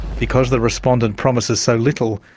because the respondent promises so little,